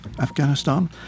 afghanistan